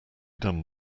done